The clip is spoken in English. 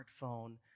smartphone